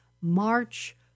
march